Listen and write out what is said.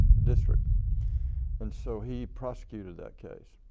district and so he prosecuted that case.